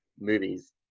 movies